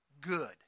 good